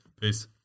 Peace